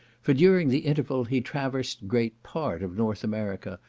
for, during the interval, he traversed great part of north america,